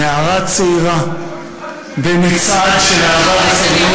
נערה צעירה במצעד של אהבה,